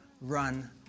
run